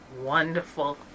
wonderful